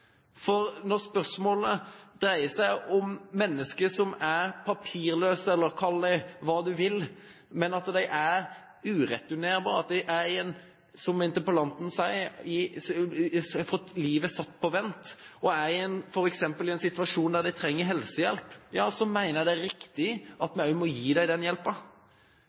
dem. Når spørsmålet dreier seg om mennesker som er papirløse – kall dem hva du vil – som er ureturnerbare, og de har, som interpellanten sier, fått livet satt på vent, og f.eks. er i en situasjon der de trenger helsehjelp, så mener jeg det er riktig at vi også må gi dem den